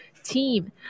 Team